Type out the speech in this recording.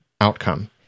outcome